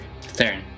Theron